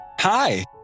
Hi